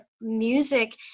music